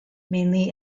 mainly